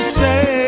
say